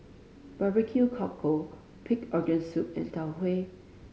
barbecue cockle pig organ soup and Tau Huay